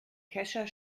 kescher